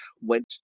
went